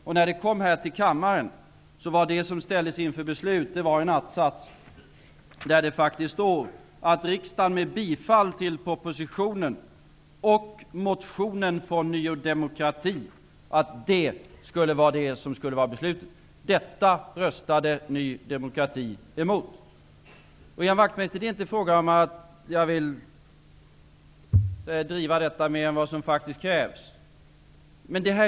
När ärendet kom till kammaren stod det i betänkandet att man skulle besluta om bifall till propositionen och motionen från Ny demokrati. Det handlar inte om att jag vill driva frågan mer än vad som faktiskt krävs, Ian Wachtmeister.